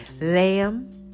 lamb